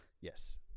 Yes